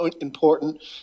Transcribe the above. important